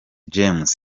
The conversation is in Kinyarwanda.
james